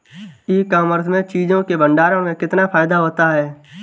E commerce में चीज़ों के भंडारण में कितना फायदा होता है?